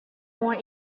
more